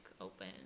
open